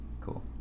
Cool